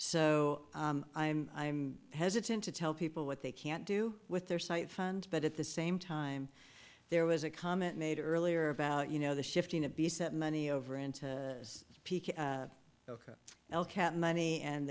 so i'm i'm hesitant to tell people what they can't do with their site fund but at the same time there was a comment made earlier about you know the shifting of decent money over into ok well cap money and